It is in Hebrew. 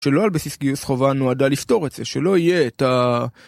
שלא על בסיס גיוס חובה נועדה לפתור את זה, שלא יהיה את ה...